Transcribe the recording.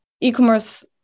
e-commerce